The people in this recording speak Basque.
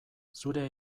zure